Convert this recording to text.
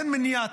תן מניעה,